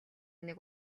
нэг